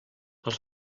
els